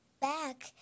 back